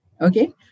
Okay